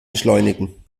beschleunigen